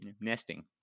nesting